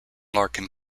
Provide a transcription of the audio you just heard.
larkin